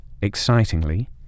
excitingly